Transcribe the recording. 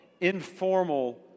informal